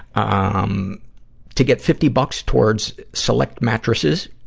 ah um to get fifty bucks towards select mattresses,